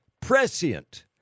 prescient